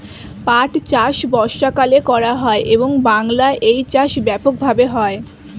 পাট চাষ বর্ষাকালে করা হয় এবং বাংলায় এই চাষ ব্যাপক ভাবে হয়